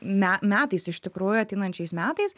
me metais iš tikrųjų ateinančiais metais